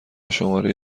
شماره